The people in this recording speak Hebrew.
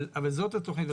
אבל זאת התכנית.